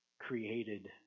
created